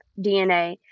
DNA